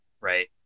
right